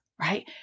right